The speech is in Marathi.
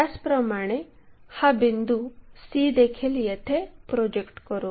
त्याचप्रमाणे हा बिंदू c देखील येथे प्रोजेक्ट करू